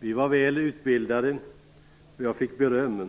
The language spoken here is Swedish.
Vi var väl utbildade, och jag fick beröm.